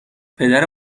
پدر